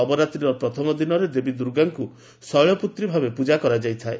ନବରାତ୍ରିର ପ୍ରଥମ ଦିବସରେ ଦେବୀ ଦୁର୍ଗାଙ୍କୁ ଶୈଳପୁତ୍ରୀ ଭାବେ ପୂଜା କରାଯାଇଥାଏ